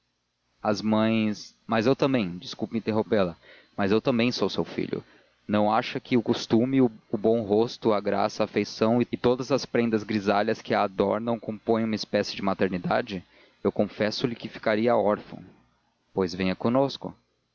as mães mas eu também desculpe interrompê la mas eu também sou seu filho não acha que o costume o bom rosto a graça a afeição e todas as prendas grisalhas que a adornam compõem uma espécie de maternidade eu confesso-lhe que ficaria órfão pois venha